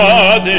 God